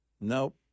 nope